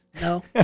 No